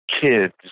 kids